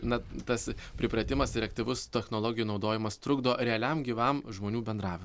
na tas pripratimas ir aktyvus technologijų naudojimas trukdo realiam gyvam žmonių bendravim